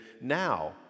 now